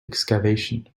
excavation